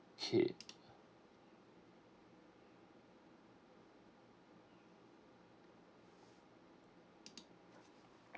K